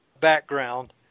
background